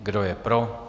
Kdo je pro?